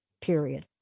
period